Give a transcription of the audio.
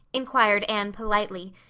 inquired anne politely,